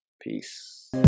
peace